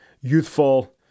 youthful